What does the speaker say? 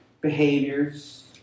behaviors